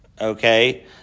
Okay